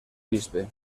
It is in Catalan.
bisbe